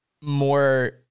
more